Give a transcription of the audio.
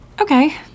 Okay